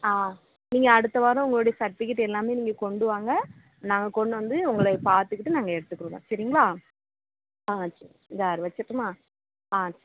ஆ நீங்கள் அடுத்த வாரம் உங்களுடைய சர்டிவிக்கெட் எல்லாமே நீங்கள் கொண்டு வாங்க நாங்கள் கொண்டு வந்து உங்களை பார்த்துக்கிட்டு நாங்கள் எடுத்துக்கிடுதோம் சரிங்களா ஆ சரி சரி வச்சுர்ட்டுமா ஆ